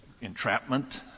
entrapment